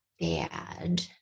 bad